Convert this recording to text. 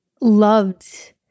loved